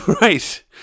right